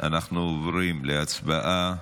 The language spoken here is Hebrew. אנחנו עוברים להצבעה.